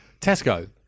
Tesco